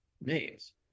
names